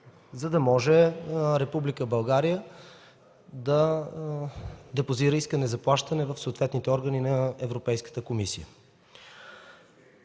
за да може Република България да депозира искане за плащане в съответните органи на Европейската комисия.